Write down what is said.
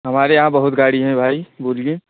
हमारे यहाँ बहुत गाड़ी हैं भाई बोलिए